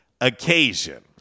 occasion